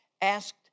asked